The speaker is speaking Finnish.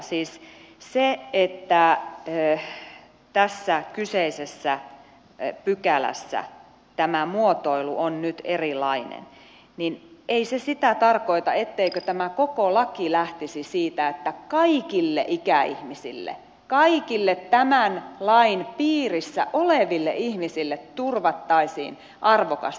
siis se että tässä kyseisessä pykälässä tämä muotoilu on nyt erilainen ei tarkoita sitä etteikö tämä koko laki lähtisi siitä että kaikille ikäihmisille kaikille tämän lain piirissä oleville ihmisille turvattaisiin arvokas elämä